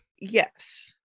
Yes